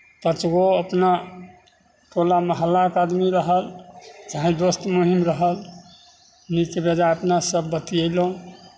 पाँच गो अपना टोला मोहल्लाके आदमी रहल चाहे दोस्त महीम रहल नीक बेजाए अपना सभ बतिएलहुँ